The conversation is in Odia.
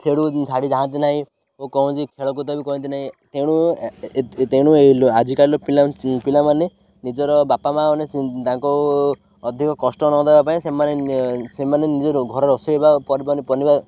ସେଡ଼ୁ ଛାଡ଼ି ଯାଆନ୍ତି ନାହିଁ ଓ କୌଣସି ଖେଳକୁଦ ବି କହନ୍ତି ନାହିଁ ତେଣୁ ତେଣୁ ଆଜିକାଲିର ପିଲା ପିଲାମାନେ ନିଜର ବାପା ମାଆ ମାନେ ତାଙ୍କୁ ଅଧିକ କଷ୍ଟ ନ ଦେବା ପାଇଁ ସେମାନେ ସେମାନେ ନିଜ ଘର ରୋଷେଇ ବା